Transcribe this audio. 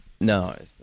No